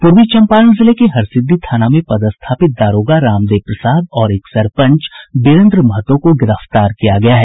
पूर्वी चंपारण जिले के हरसिद्धी थाना में पदस्थापित दारोगा रामदेव प्रसाद और एक सरपंच बीरेन्द्र महतो को गिरफ्तार किया गया है